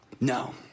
No